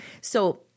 So-